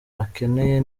akeneye